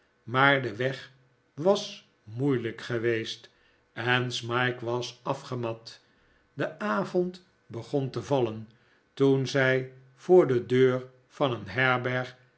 maar de weg was moeilijk geweest en smike was afgemat de avond begon te vallen toen zij voor de deur van een herberg